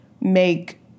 make